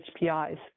HPIs